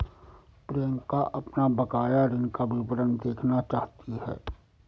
प्रियंका अपना बकाया ऋण का विवरण देखना चाहती है